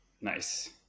Nice